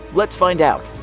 let's find out!